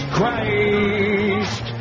Christ